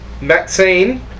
Maxine